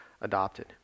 adopted